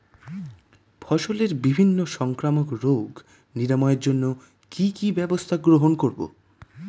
ফসলের বিভিন্ন সংক্রামক রোগ নিরাময়ের জন্য কি কি ব্যবস্থা গ্রহণ করব?